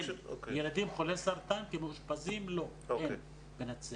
אין, ילדים חולי סרטן שמאושפזים לא, אין בנצרת.